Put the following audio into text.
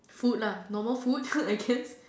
food lah no more food I guess